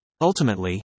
Ultimately